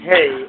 Hey